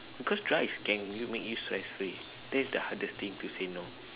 because drug is gang and it make you stress free that is the hardest thing to say no